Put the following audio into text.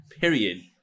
period